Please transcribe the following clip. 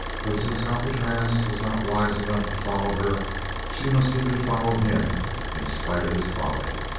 but since alcatraz was not wise enough to follow her she must even follow him in spite of his folly.